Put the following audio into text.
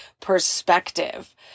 perspective